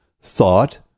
thought